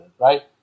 right